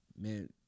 Man